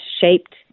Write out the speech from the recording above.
shaped